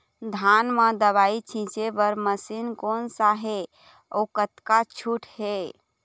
धान म दवई छींचे बर मशीन कोन सा हे अउ कतका छूट हे?